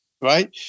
right